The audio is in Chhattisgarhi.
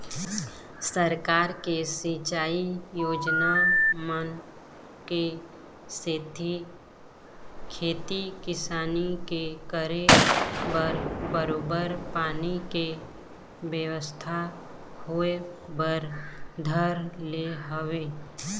सरकार के सिंचई योजना मन के सेती खेती किसानी के करे बर बरोबर पानी के बेवस्था होय बर धर ले हवय